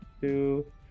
two